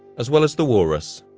as well as the walrus,